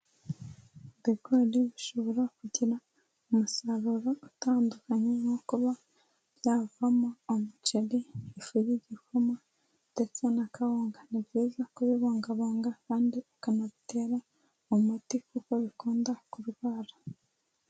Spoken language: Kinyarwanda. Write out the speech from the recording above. Ibigori bishobora kugira umusaruro utandukanye, nko kuba byavamo umuceri, ifu y'igikoma ndetse na kawunga ,ni byiza kubibungabunga kandi ukanabitera umuti kuko bikunda kurwara.